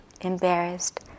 embarrassed